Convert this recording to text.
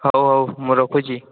ହେଉ ହେଉ ମୁଁ ରଖୁଛି